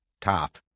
top